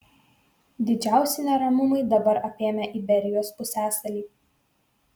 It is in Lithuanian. didžiausi neramumai dabar apėmę iberijos pusiasalį